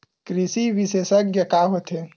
कृषि विशेषज्ञ का होथे?